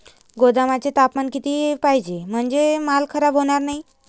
गोदामाचे तापमान किती पाहिजे? म्हणजे माल खराब होणार नाही?